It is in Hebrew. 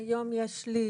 היום יש לי